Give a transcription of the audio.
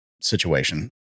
situation